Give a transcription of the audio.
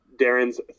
Darren's